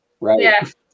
Right